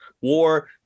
war